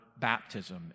baptism